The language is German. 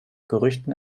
gerüchten